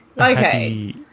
Okay